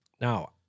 Now